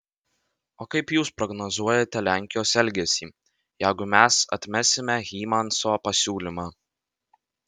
o kaip jūs prognozuojate lenkijos elgesį jeigu mes atmesime hymanso pasiūlymą